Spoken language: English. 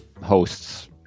hosts